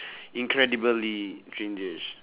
incredibally